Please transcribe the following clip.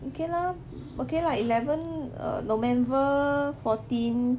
okay lah okay lah eleven err november fourteen